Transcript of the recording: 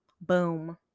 Boom